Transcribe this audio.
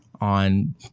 on